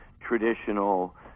traditional